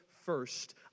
first